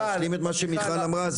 אני משלים את מה שמיכל אמרה,